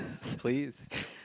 Please